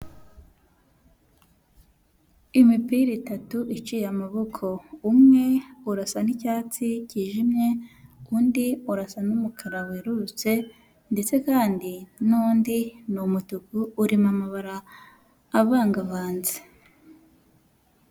Imipira itatu iciye amaboko. Umwe urasa n'icyatsi cyijimye, undi urasa n'umukara werurutse, ndetse kandi n'undi ni umutuku urimo amabara avangavanze.